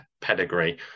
pedigree